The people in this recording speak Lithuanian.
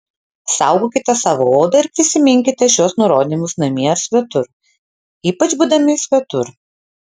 saugokite savo odą ir prisiminkite šiuos nurodymus namie ar svetur ypač būdami svetur